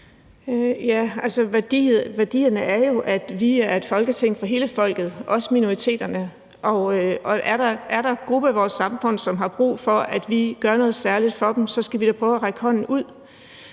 Værdierne er jo, at vi er et Folketing for hele folket, også minoriteterne, og er der grupper i vores samfund, som har brug for, at vi gør noget særligt for dem, så skal vi da prøve at række hånden ud.